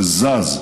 זה זז,